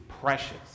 precious